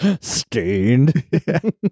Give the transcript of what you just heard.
stained